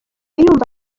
yumva